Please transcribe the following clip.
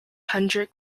hendrik